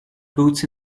boots